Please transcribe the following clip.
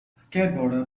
skateboarder